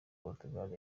portugal